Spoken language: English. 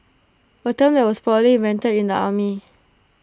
A term that was probably invented in the army